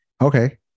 Okay